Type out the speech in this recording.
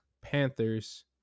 Panthers